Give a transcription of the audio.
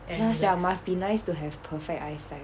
ya sia must be nice to have perfect eyesight